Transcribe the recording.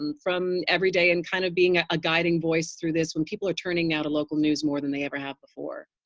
um from everyday and kind of being a ah guiding voice through this when people are turning out the local news more than they ever have before.